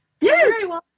Yes